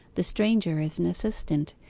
the stranger is an assistant,